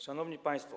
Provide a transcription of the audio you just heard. Szanowni Państwo!